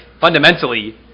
fundamentally